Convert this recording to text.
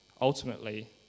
ultimately